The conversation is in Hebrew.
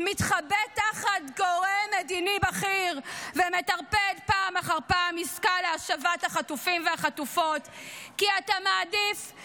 מזין את הקרעים בעם כי הם משרתים אותך.